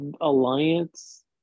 Alliance